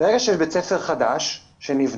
ברגע שיש בית ספר חדש שנבנה,